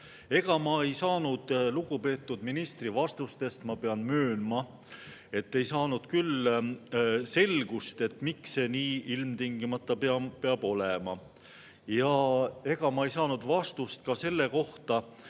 Ega ma ei saanud lugupeetud ministri vastustest, ma pean möönma, küll selgust, miks see nii ilmtingimata peab olema. Ja ega ma ei saanud vastust ka selle kohta,